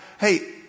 Hey